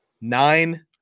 nine